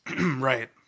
Right